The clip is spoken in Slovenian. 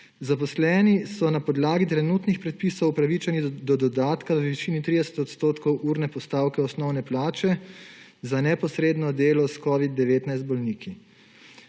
Zaposleni so na podlagi trenutnih predpisov upravičeni do dodatka v višini 30 % urne postavke osnovne plače za neposredno delo s covid-19 bolniki.